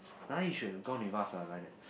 you should gone with us ah like that